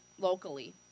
locally